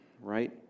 right